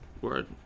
Word